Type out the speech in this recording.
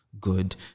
good